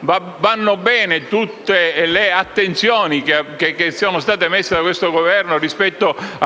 vanno bene tutte le attenzioni che sono state messe da questo Governo su